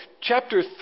Chapter